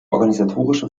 organisatorische